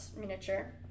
miniature